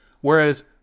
Whereas